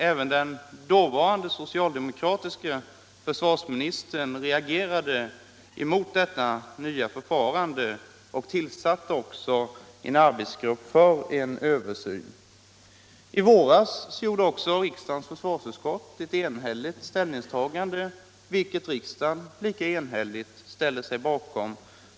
Även den dåvarande socialdemokratiske försvarsministern reagerade mot detta nya förfarande och tillsatte en arbetsgrupp för en översyn. I våras gjorde också riksdagens försvarsutskott ett enhälligt ställningstagande, vilket riksdagen lika enigt ställde sig bakom.